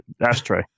ashtray